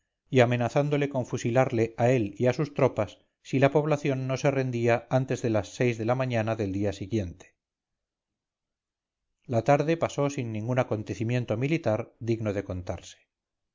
y amenazándole con fusilarle a él y a sus tropas si la población no se rendía antes de las seis de la mañana del día siguiente la tarde pasó sin ningún acontecimiento militar digno de contarse